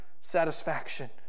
satisfaction